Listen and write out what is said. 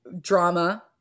drama